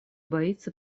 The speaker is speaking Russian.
боится